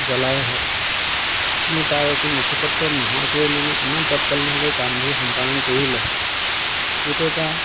জ্বলাই কোনো তাৰ একো নথি পত্ৰ নোহোৱাকৈ মানে ইমান তৎকালীনভাৱে কামবোৰ সম্পাদন কৰিলে এইটো এটা